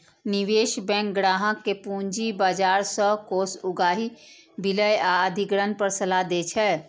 निवेश बैंक ग्राहक कें पूंजी बाजार सं कोष उगाही, विलय आ अधिग्रहण पर सलाह दै छै